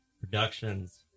Productions